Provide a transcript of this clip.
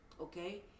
Okay